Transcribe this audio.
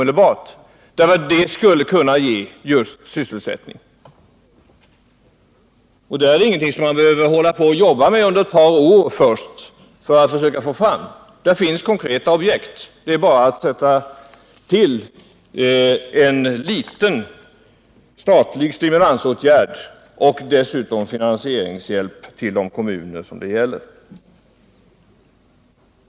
Det skulle kunna ge sysselsättning. Det är ingenting som man först behöver jobba med under ett par år för att försöka få fram, utan det finns redan konkreta objekt. Det är bara att vidta en mindre statlig stimulansåtgärd och dessutom ge finansieringshjälp till de kommuner som det gäller.